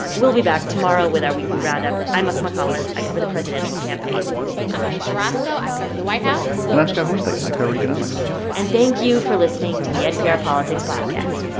we'll be back tomorrow with our weekly roundup. i'm asma khalid. i cover the presidential campaign i'm ayesha rascoe. i cover the white house and i'm scott horsley. i cover economics and thank you for listening to the npr politics podcast